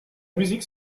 musique